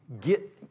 get